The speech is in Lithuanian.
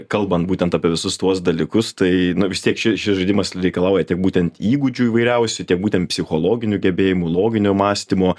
kalbant būtent apie visus tuos dalykus tai nu vis tiek ši šis žaidimas reikalauja tiek būtent įgūdžių įvairiausių tiek būtent psichologinių gebėjimų loginio mąstymo